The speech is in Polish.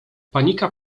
panika